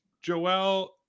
Joel